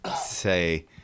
say